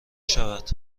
شود